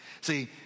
See